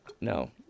no